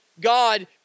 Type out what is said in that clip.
God